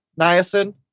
niacin